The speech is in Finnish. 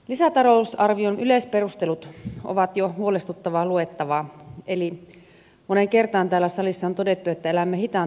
lisätalousarvion yleisperustelut ovat jo huolestuttavaa luettavaa eli kuten täällä salissa moneen kertaan on todettu elämme hitaan talouskasvun alueella